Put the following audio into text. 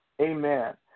Amen